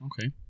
Okay